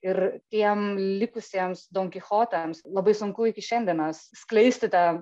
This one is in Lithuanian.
ir tiem likusiems don kichotams labai sunku iki šiandienos skleisti tą